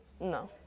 No